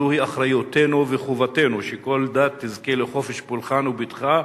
זוהי אחריותנו וחובתנו שכל דת תזכה לחופש פולחן ובטחה,